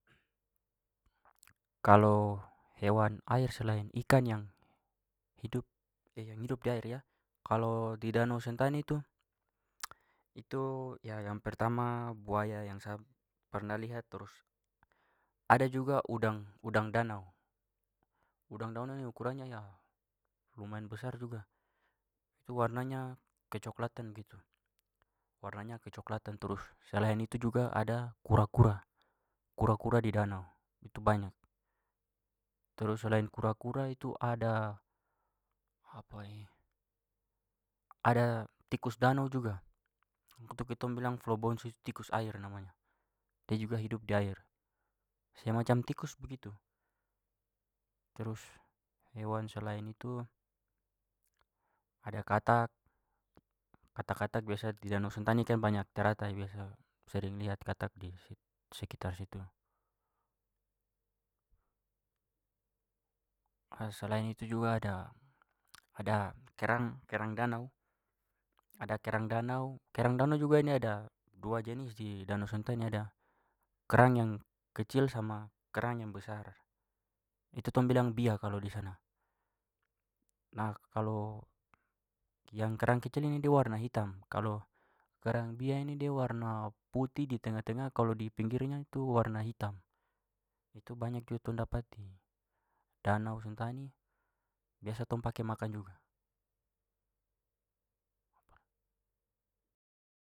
Kalau hewan air selain ikan yang hidup hidup di air ya, kalau di danau sentani tu yang pertama buaya yang sa pernah lihat. Terus ada juga udang, udang danau. Udang danau ini ukurannya lumayan besar juga. Itu warnanya kecoklatan begitu- warnanya kecoklatan. Terus selain itu juga ada kura-kura, kura-kura di danau, itu banyak. Terus selain kura-kura itu ada ada tikus danau juga. Itu kitong bilang tikus air namanya. Dia juga hidup di air. Semacam tikus begitu. Terus hewan selain itu ada katak. Katak-katak- biasa di danau sentani kan banyak teratai biasa sering lihat katak di sekitar situ. Selain itu juga ada kerang, kerang danau. Ada kerang danau- kerang danau juga ini ada 2 jenis di danau sentani. Ada kerang yang kecil sama kerang yang besar. Itu tong bilang bia kalau di sana. Nah, kalau yang kerang kecil ini dia warna hitam. Kalau kerang bia ini dia warna putih di tengah-tengah, kalau di pinggirnya tu warna hitam. Itu banyak juga tong dapat di danau sentani. Biasa tong pake makan juga.